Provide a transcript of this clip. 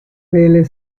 del